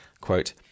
quote